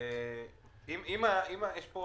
אם יש פה